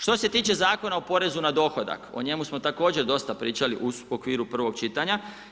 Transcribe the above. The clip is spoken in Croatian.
Što se tiče Zakona o porezu na dohodak, o njemu smo također pričali u okviru prvog čitanja.